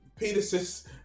penises